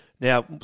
Now